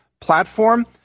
platform